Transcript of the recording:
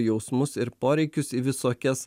jausmus ir poreikius į visokias